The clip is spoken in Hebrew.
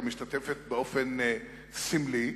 או משתתפת באופן סמלי,